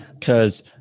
Cause